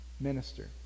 minister